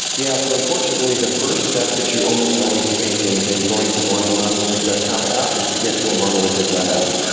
yeah, so unfortunately, the first step that you almost always take in and going from one um monolithic desktop app is to get to a monolithic web app.